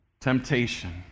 Temptation